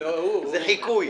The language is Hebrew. זה חיקוי